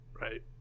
right